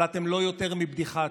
אבל אתם לא יותר מבדיחה עצובה.